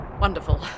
Wonderful